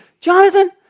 Jonathan